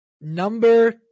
Number